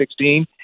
2016